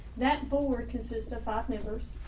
that board consists of five members.